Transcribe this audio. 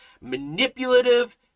manipulative